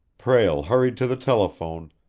prale hurried to the telephone,